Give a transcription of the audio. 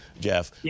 Jeff